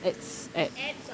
advertisement at